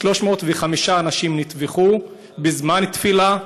305 אנשים נטבחו בזמן תפילה,